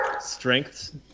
strengths